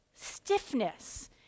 stiffness